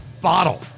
bottle